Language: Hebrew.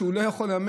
כי הוא לא יכול לממש,